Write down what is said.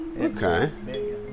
Okay